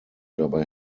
dabei